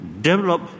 develop